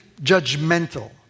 judgmental